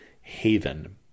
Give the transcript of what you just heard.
haven